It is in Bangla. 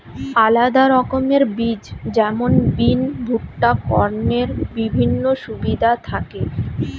আলাদা রকমের বীজ যেমন বিন, ভুট্টা, কর্নের বিভিন্ন সুবিধা থাকি